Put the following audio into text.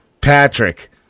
Patrick